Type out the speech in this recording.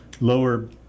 lower